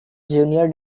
junior